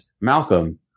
Malcolm